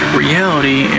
reality